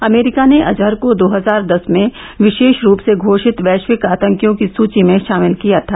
अमरीका ने अजहर को दो हजार दस में विशेष रूप से घोषित वैश्विक आतंकियों की सूची में शामिल किया था